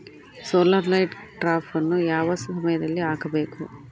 Solar light ಟ್ರಾಪನ್ನು ಯಾವ ಸಮಯದಲ್ಲಿ ಹಾಕಬೇಕು?